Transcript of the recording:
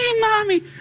mommy